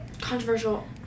controversial